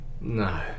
No